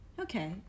Okay